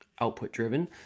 output-driven